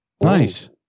Nice